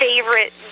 favorite